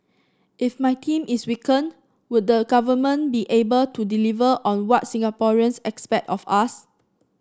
if my team is weakened would the government be able to deliver on what Singaporeans expect of us